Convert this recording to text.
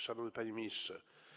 Szanowny Panie Ministrze!